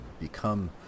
become